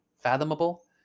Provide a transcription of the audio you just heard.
Fathomable